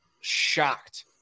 shocked